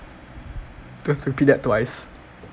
do you have to repeat that twice